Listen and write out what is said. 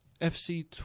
FC